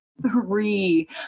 three